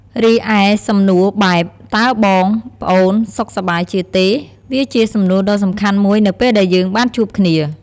រីឯសំណួរបែប តើបង ប្អូនសុខសប្បាយជាទេ? វាជាសំណួរដ៏សំខាន់មួយនៅពេលដែលយើងបានជួបគ្នា។